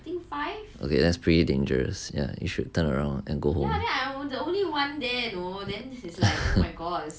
okay that's dangerous ya you should turn around and go home